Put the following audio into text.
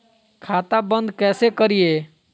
खाता बंद कैसे करिए?